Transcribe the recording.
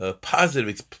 positive